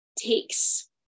takes